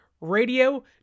radio